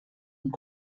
und